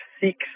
six